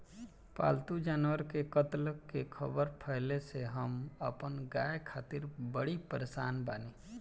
पाल्तु जानवर के कत्ल के ख़बर फैले से हम अपना गाय खातिर बड़ी परेशान बानी